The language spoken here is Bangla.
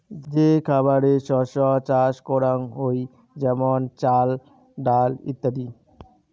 যে খাবারের শস্য চাষ করাঙ হই যেমন চাল, ডাল ইত্যাদি